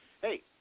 hey